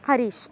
Harish